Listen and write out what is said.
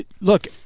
Look